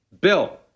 bill